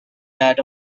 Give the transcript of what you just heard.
that